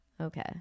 Okay